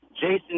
Jason